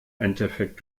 endeffekt